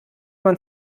man